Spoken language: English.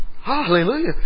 Hallelujah